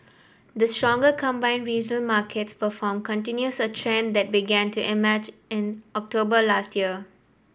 the stronger combined regional markets perform continues a trend that began to emerge in October last year